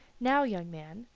now, young man,